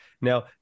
Now